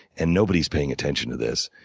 and nobody's paying attention to this.